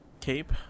cape